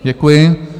Děkuji.